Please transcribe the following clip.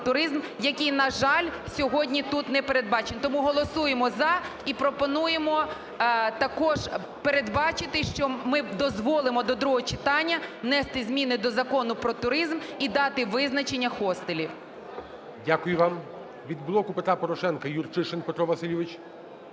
який, на жаль, сьогодні тут не передбачений. Тому голосуємо "за" і пропонуємо також передбачити, що ми дозволимо до другого читання внести зміни до Закону "Про туризм" і дати визначення "хостелів". ГОЛОВУЮЧИЙ. Дякую вам. Від "Блоку Петра Порошенка" Юрчишин Петро Васильович.